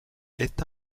est